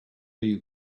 you